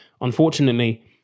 Unfortunately